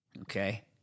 Okay